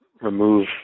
remove